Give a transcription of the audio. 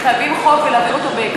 כי חייבים חוק ולהעביר אותו בהקדם,